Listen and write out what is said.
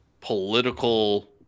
political